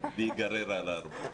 להיגרר על ארבע.